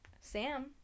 Sam